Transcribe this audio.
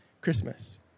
Christmas